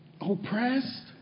oppressed